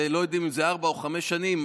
לא יודעים אם זה ארבע או חמש שנים,